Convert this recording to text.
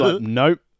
nope